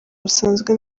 busanzwe